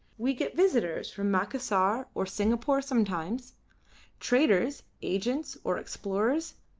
we get visitors from macassar or singapore sometimes traders, agents, or explorers,